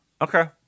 Okay